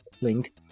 link